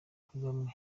kagame